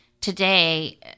today